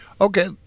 Okay